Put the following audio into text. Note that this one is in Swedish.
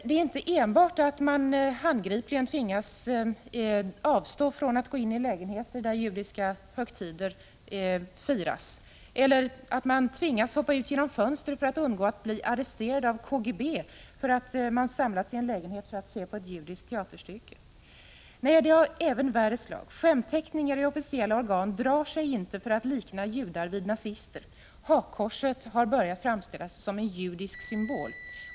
Det är inte enbart så att människor handgripligen tvingas avstå från att gå in i lägenheter där judiska högtider firas eller tvingas hoppa ut genom fönstret för att undgå att bli arresterade av KGB därför att de samlats i en lägenhet för att se ett judiskt teaterstycke. Nej, antisemitismen tar sig även uttryck i värre saker. I skämtteckningar i officiella organ drar man sig inte för att likna judar vid nazister. Hakkorset har börjat framställas som en judisk symbol.